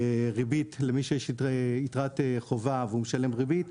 למי שיש יתרת חובה והוא משלם ריבית,